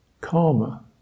karma